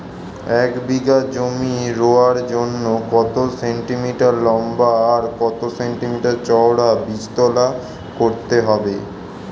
এক বিঘা জমি রোয়ার জন্য কত সেন্টিমিটার লম্বা আর কত সেন্টিমিটার চওড়া বীজতলা করতে হবে?